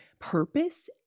purpose